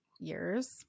years